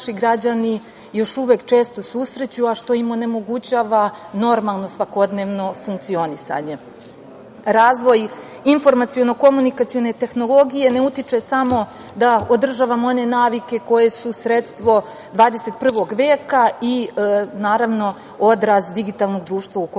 građani još uvek često susreću, a što im onemogućava normalno svakodnevno funkcionisanje. Razvoj informaciono-komunikacione tehnologije ne utiče samo da održavamo one navike koje su sredstvo 21. veka i, naravno, odraz digitalnog društva u kome